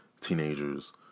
teenagers